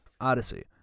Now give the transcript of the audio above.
Odyssey